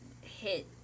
hit